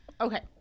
Okay